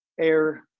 air